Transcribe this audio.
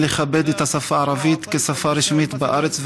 שרחוקים מלכבד את השפה הערבית כשפה רשמית בארץ.